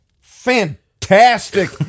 Fantastic